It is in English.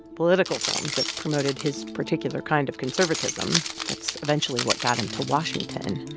political films that promoted his particular kind of conservatism that's eventually what got him to washington.